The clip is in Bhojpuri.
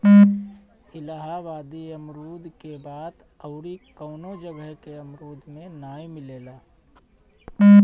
इलाहाबादी अमरुद के बात अउरी कवनो जगह के अमरुद में नाइ मिलेला